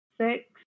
six